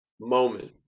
moment